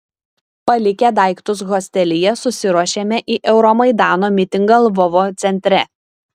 palikę daiktus hostelyje susiruošėme į euromaidano mitingą lvovo centre